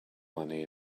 money